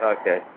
okay